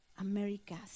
America's